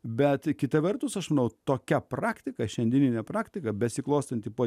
bet kita vertus aš nuo tokia praktika šiandienine praktika besiklostanti po